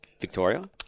Victoria